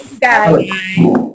Bye